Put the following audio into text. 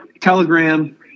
Telegram